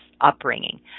upbringing